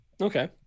Okay